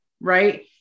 Right